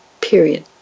Period